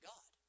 God